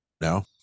No